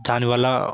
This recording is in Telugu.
దాని వల్ల